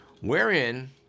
wherein